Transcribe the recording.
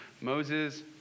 Moses